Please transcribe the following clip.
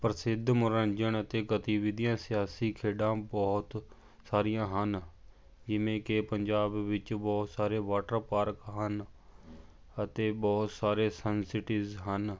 ਪ੍ਰਸਿੱਧ ਮਨੋਰੰਜਨ ਅਤੇ ਗਤੀਵਿਧੀਆਂ ਸਿਆਸੀ ਖੇਡਾਂ ਬਹੁਤ ਸਾਰੀਆਂ ਹਨ ਜਿਵੇਂ ਕਿ ਪੰਜਾਬ ਵਿੱਚ ਬਹੁਤ ਸਾਰੇ ਵਾਟਰ ਪਾਰਕ ਹਨ ਅਤੇ ਬਹੁਤ ਸਾਰੇ ਸਨ ਸਿਟੀਜ਼ ਹਨ